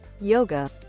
yoga